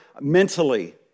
mentally